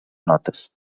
notes